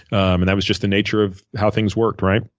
and that was just the nature of how things worked, right.